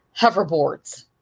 Hoverboards